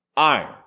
Iron